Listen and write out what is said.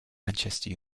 manchester